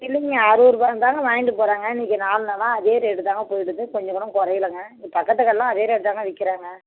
இல்லைங்க அறுபதுருபா தாங்க வாங்கிகிட்டு போகறாங்க இன்னக்கு நாலு நாளாக அதே ரேட்டு தாங்க போயிடுது கொஞ்சம் கூட குறையிலங்க இங்கே பக்கத்துக்கு கடைலலாம் அதே ரேட்டு தாங்க விற்கிறாங்க